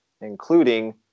including